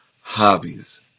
hobbies